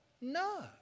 no